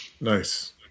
Nice